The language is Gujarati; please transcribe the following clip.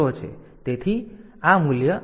તેથી આ આને મૂલ્ય આપે છે